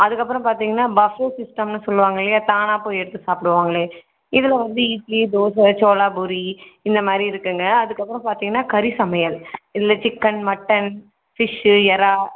அதுக்கப்புறம் பார்த்தீங்கன்னா பஃபே சிஸ்டம்னு சொல்லுவாங்கல்லையா தானாக போய் எடுத்து சாப்பிடுவாங்களே இதில் வந்து இட்லி தோசை சோளா பூரி இந்தமாதிரி இருக்குதுங்க அதுக்கப்புறம் பார்த்தீங்கன்னா கறி சமையல் இதில் சிக்கன் மட்டன் ஃபிஷ் இறா